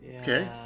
Okay